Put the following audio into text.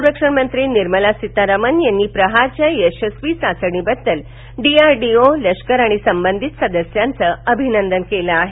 संरक्षण मंत्री निर्मला सीतारमण यांनी प्रहारच्या यशस्वी चाचणीबद्दल डी आर डी ओ लष्कर आणि संबंधित सदस्यांच अभिनंदन केल आहे